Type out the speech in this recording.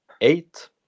eight